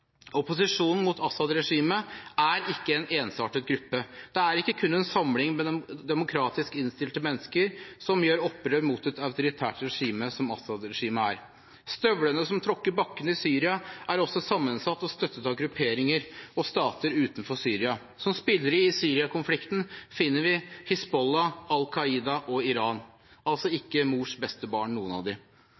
Opposisjonen mot Assad-regimet er ikke en ensartet gruppe. Det er ikke kun en samling med demokratisk innstilte mennesker som gjør opprør mot et autoritært regime som Assad-regimet er. Støvlene som tråkker på bakken i Syria, er også sammensatt og støttet av grupperinger og stater utenfor Syria. Som spillere i Syria-konflikten finner vi Hizbollah, Al Qaida og Iran – altså ikke mors beste barn, noen av